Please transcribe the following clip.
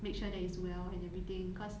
make sure that he's well and everything cause